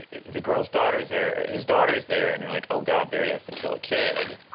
the girl's daughters there his daughter is there, and you're like, oh, god, barry has to kill a kid,